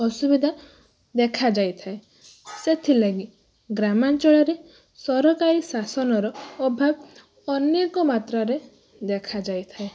ଅସୁବିଧା ଦେଖାଯାଇଥାଏ ସେଥିଲାଗି ଗ୍ରାମାଞ୍ଚଳରେ ସରକାରୀ ଶାସନର ଅଭାବ ଅନେକ ମାତ୍ରାରେ ଦେଖାଯାଇଥାଏ